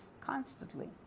constantly